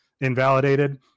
invalidated